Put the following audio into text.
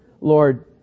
Lord